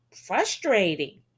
frustrating